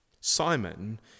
Simon